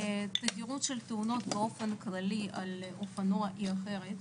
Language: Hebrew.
אם התדירות של תאונות באופן כללי על אופנוע היא אחרת,